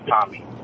Tommy